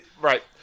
right